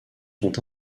sont